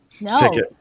No